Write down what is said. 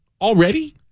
already